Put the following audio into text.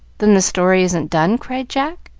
then the story isn't done? cried jack.